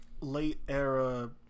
late-era